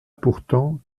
pourtant